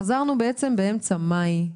חזרנו בעצם באמצע מאי,